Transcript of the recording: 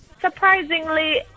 Surprisingly